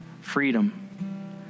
freedom